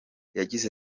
yagize